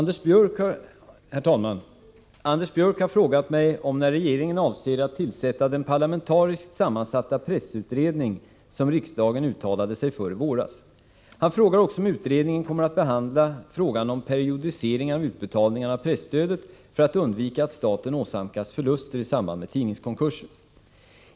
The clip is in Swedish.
Herr talman! Anders Björck har frågat mig om när regeringen avser att tillsätta den parlamentariskt sammansatta pressutredning som riksdagen uttalade sig för i våras. Han frågar också om utredningen kommer att behandla frågan om en periodisering av utbetalningarna av presstödet för att undvika att staten åsamkas förluster i samband med tidningskonkurser.